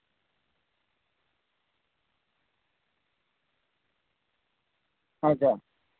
ᱟᱪᱪᱷᱟ